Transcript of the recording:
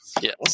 yes